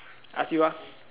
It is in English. I ask you ah